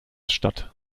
statt